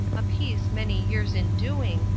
a piece many years in doing,